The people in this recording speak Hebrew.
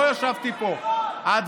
לא ישבתי פה, קראו לנו חלאות.